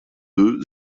deux